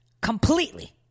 completely